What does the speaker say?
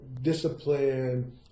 discipline